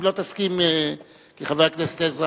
אם לא תסכים, כי חבר הכנסת עזרא